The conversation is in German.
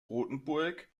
rothenburg